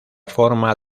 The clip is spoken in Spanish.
forma